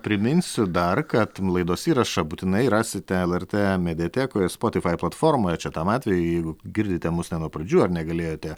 priminsiu darkart laidos įrašą būtinai rasite lrt mediatekoje spotifai platformoje čia tam atvejui jeigu girdite mus ne nuo pradžių ar negalėjote